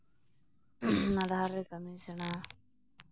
ᱨᱮ ᱠᱟᱹᱢᱤ ᱥᱮᱬᱟ